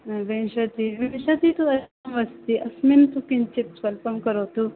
विंशतिः विंशतिः तु अधिकमस्ति अस्मिन् तु किञ्चित् स्वल्पं करोतु